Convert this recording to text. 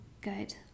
good